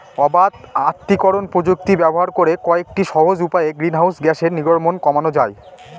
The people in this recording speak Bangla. অবাত আত্তীকরন প্রযুক্তি ব্যবহার করে কয়েকটি সহজ উপায়ে গ্রিনহাউস গ্যাসের নির্গমন কমানো যায়